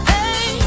Hey